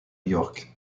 york